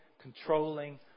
controlling